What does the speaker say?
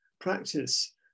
practice